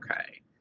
okay